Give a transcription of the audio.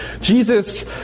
Jesus